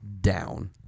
down